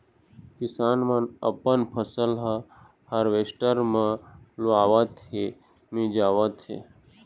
किसान मन अपन फसल ह हावरेस्टर म लुवावत हे, मिंजावत हे